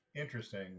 interesting